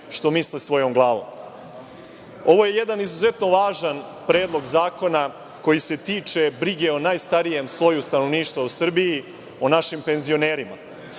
što misle svojom glavom. Ovo je jedan izuzetno važan predlog zakona koji se tiče brige o najstarijem sloju stanovništva u Srbiji, o našim penzionerima.